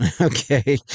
Okay